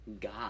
god